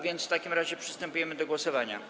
W takim razie przystępujemy do głosowania.